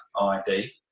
ID